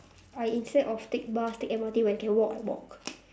I instead of take bus take M_R_T when can walk walk